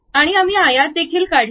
आणि आम्ही आयत देखील काढला